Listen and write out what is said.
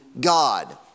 God